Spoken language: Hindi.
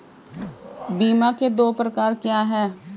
बीमा के दो प्रकार क्या हैं?